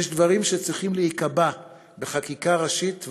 יש דברים שצריכים להיקבע בחקיקה ראשית,